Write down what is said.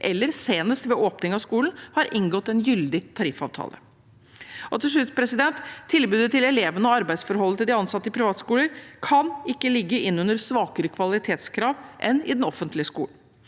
eller senest ved åpning av skolen har inngått en gyldig tariffavtale. Til slutt: Tilbudet til elevene og de ansattes arbeidsforhold i privatskoler kan ikke ha svakere kvalitetskrav enn i den offentlige skolen.